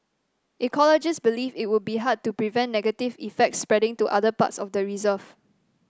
ecologists believe it would be hard to prevent negative effects spreading to other parts of the reserve